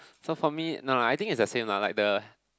so for me no I think is the same lah like the